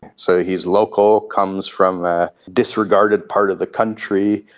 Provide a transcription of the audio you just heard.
so he is local, comes from a disregarded part of the country,